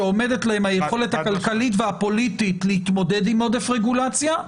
שעומדת להם היכולת הכלכלית והפוליטית להתמודד עם עודף רגולציה,